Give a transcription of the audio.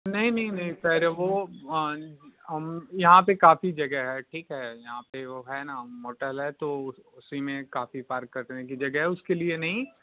नहीं नहीं नहीं सर वो यहाँ पर काफ़ी जगह है ठीक है यहाँ पर वो है ना होटल है तो उसी में काफ़ी पार्क करने की जगह है उसके लिए नहीं